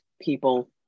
people